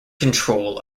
control